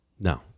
No